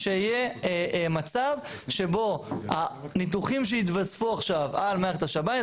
שיהיה מצב שבו הניתוחים שיתווספו עכשיו על המערכת השב"נים,